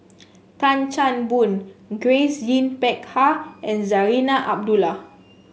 Tan Chan Boon Grace Yin Peck Ha and Zarinah Abdullah